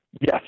Yes